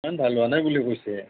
ইমান ভাল হোৱা নাই বুলি কৈছে